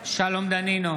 שלום דנינו,